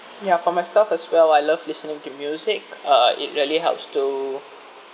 ya for myself as well I love listening to music uh it really helps to